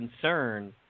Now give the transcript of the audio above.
concern